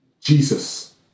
Jesus